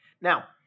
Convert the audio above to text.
Now